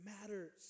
matters